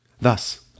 Thus